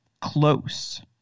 close